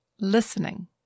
listening